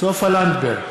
סופה לנדבר,